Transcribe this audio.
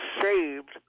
saved